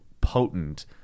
potent